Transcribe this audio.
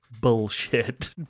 bullshit